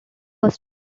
was